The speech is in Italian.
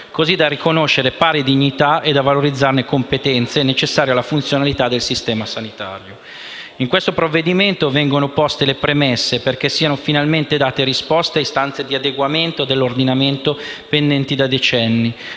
così da riconoscerne la pari dignità e da valorizzarne le competenze, necessarie alla funzionalità del sistema sanitario. In questo provvedimento vengono poste le premesse perché siano finalmente date risposte a istanze di adeguamento dell'ordinamento pendenti da decenni,